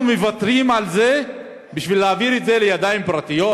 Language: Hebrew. אנחנו מוותרים על זה בשביל להעביר את זה לידיים פרטיות?